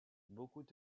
beaucoup